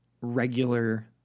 regular